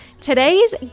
Today's